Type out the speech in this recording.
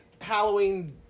halloween